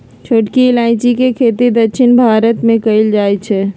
छोटकी इलाइजी के खेती दक्षिण भारत मे कएल जाए छै